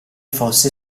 fosse